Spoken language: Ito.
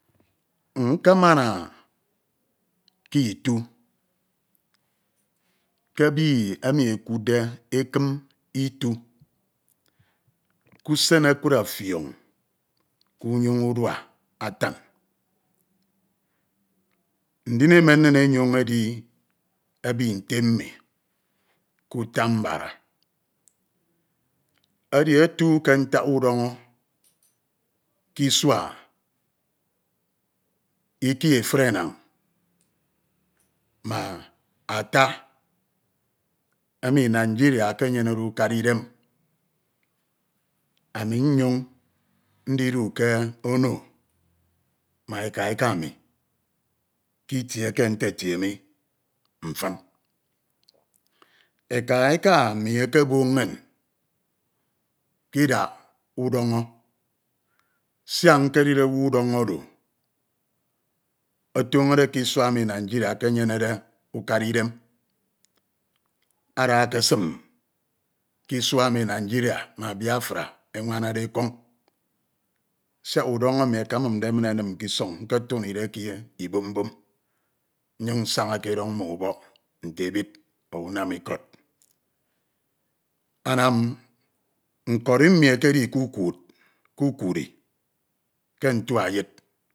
Nkemana ke ito ke ebi emi ekuudde ekim ito ke usen okud ọfiọñ ke unyoño urua Atan ndin emen nin enyoñ edi ebi nte mmi ke utambara edi etu ke ntak udọñọ ke isua kie efudenan ma ata emi Nigeria ekenyenede ukana idem ami enyoñ mfoñ ndidu ke ono ma eka- eka mi ke itie eke ntetie mi mfin. Eka- eka mi eƙebok inñ ke idak udọñọ siak nkedide oro ọtọñọ de ukara idem ada ekesim ke isua emu Nigeria ma Biafra enwanade ekọñ siak udọñọ isoñ Nketuñide ke ibum bum nnyin nsaña ke enọñ ma ubak ntr ebid ọ unam ikod. Anam nkon mmi ekedi kukure ke ntuaye.